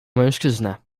mężczyznę